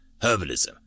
Herbalism